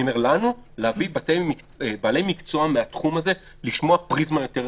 אני אומר להביא לנו בעלי מקצוע מהתחום הזה כדי לשמוע פריזמה יותר רחבה.